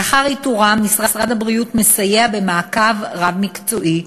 לאחר איתורם, משרד הבריאות מסייע במעקב רב-מקצועי,